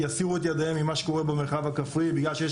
יסירו את ידיהן ממה שקורה במרחב הכפרי בכלל שיש